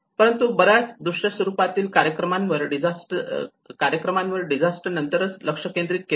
परंतु बऱ्याच दृश्य स्वरूपातील कार्यक्रमांवर डिझास्टर नंतरच लक्ष केंद्रित केले जाते